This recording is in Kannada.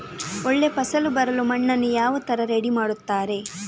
ಒಳ್ಳೆ ಫಸಲು ಬರಲು ಮಣ್ಣನ್ನು ಯಾವ ತರ ರೆಡಿ ಮಾಡ್ತಾರೆ?